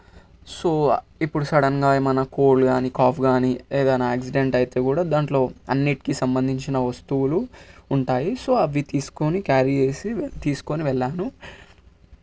so ఇప్పుడు సడన్గా ఏమన్నా కోల్డ్ కాని కాఫ్ కాని లేదా ఆక్సిడెంట్ అయితే కూడా దాంట్లో అన్నిటికీ సంబంధించిన వస్తువులు ఉంటాయి సో అవి తీసుకొని క్యారీ చేసి తీసుకొని వెళ్ళాను